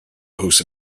hosts